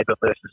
versus